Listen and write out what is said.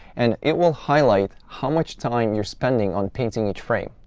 and it will highlight how much time you're spending on painting each frame.